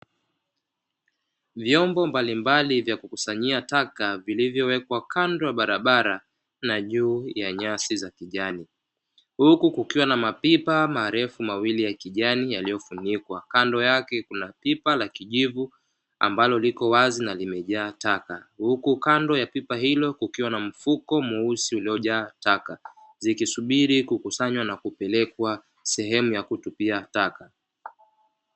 Vyombo mbalimbali vya kukusanyia taka vilivyowekwa kando ya barabara na juu ya nyasi za kijani, huku kukiwa na mapipa marefu mawili ya kijani yaliyofunikwa, kando yake kuna pipa la kinyevu ambalo liko wazi na limejaa taka huku kando ya pipa hilo kukiwa na mfuko mweusi uliojataka zikisubiri kukusanywa na kupelekwa sehemu ya kutupia taka.